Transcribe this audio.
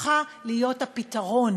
הפכה להיות הפתרון,